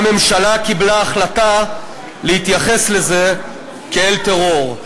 והממשלה קיבלה החלטה להתייחס לזה כאל טרור.